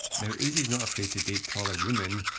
now uzi's not afraid to date taller women.